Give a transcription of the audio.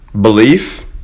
belief